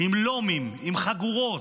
עם לומים, עם חגורות,